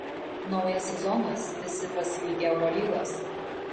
naujas sezonas visi pasiilgę eurolygos